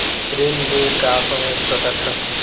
ऋण ले का समझ सकत हन?